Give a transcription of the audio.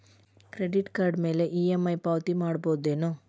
Credit card ಮ್ಯಾಲೆ EMI ಪಾವತಿ ಮಾಡ್ಬಹುದೇನು?